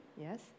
yes